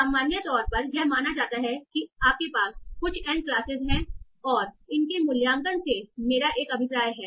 सामान्य तौर पर यह माना जाता है कि आपके पास कुछ n क्लासेस हैं और इनके मूल्यांकन से मेरा क्या अभिप्राय है